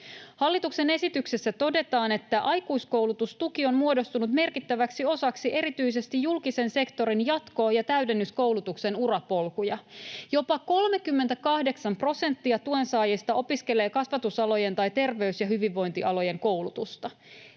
Hallituksen esityksessä todetaan, että aikuiskoulutustuki on muodostunut merkittäväksi osaksi erityisesti julkisen sektorin jatko- ja täydennyskoulutuksen urapolkuja. Jopa 38 prosenttia tuen saajista opiskelee kasvatusalojen tai terveys- ja hyvinvointialojen koulutusta.